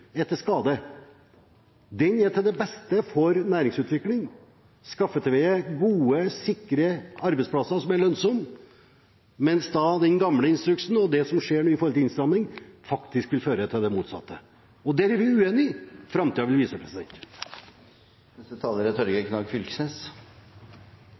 er til skade. Den er til beste for næringsutvikling, for å skaffe til veie gode, sikre arbeidsplasser som er lønnsomme, mens den gamle instruksen og det som nå skjer når det gjelder innstramming, faktisk vil føre til det motsatte. Der er vi uenige. Framtiden vil vise. Da kan eg hermed erklære at eg kjem til å